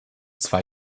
zwei